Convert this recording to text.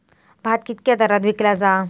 भात कित्क्या दरात विकला जा?